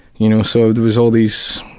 you know, so there was all these,